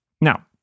Now